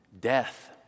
death